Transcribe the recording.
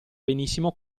benissimo